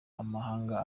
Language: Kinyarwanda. amahanga